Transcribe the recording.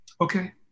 Okay